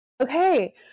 Okay